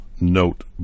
note